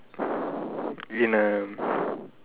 in a